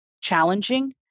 challenging